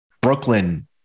Brooklyn